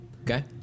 Okay